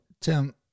Tim